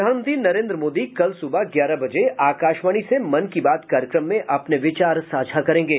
प्रधानमंत्री नरेन्द्र मोदी कल सुबह ग्यारह बजे आकाशवाणी से मन की बात कार्यक्रम में अपने विचार साझा करेंगे